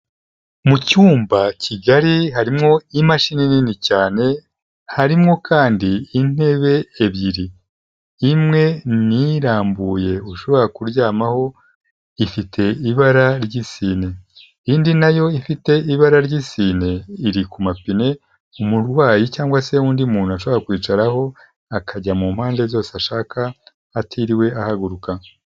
Mu cyumba kigari harimwo imashini nini cyane, harimwo kandi intebe ebyiri, imwe nirambuye ushobora kuryamaho, ifite ibara ry'isine, indi nayo ifite ibara ry'isine iri ku mapine umurwayi cyangwa se undi muntu ashobora kwicaraho akajya mu mpande zose ashaka atiriwe ahaguruka.